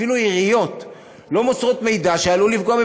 אפילו עיריות לא מוסרות מידע שעלול לפגוע,